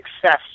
success